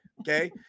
Okay